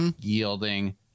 yielding